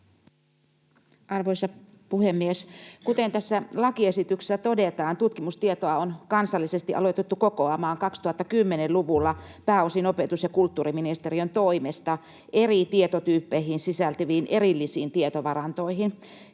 Arvoisa puhemies! Kuten tässä lakiesityksessä todetaan, tutkimustietoa on kansallisesti alettu koota 2010-luvulla pääosin opetus- ja kulttuuriministeriön toimesta eri tietotyyppeihin sisältyviin erillisiin tietovarantoihin,